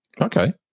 okay